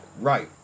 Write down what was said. Right